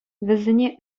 вӗсене